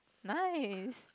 nice